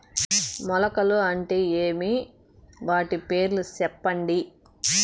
మొలకలు అంటే ఏమి? వాటి పేర్లు సెప్పండి?